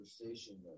conversation